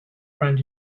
friend